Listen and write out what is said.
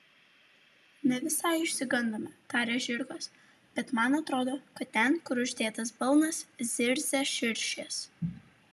ne visai išsigandome tarė žirgas bet man atrodo kad ten kur uždėtas balnas zirzia širšės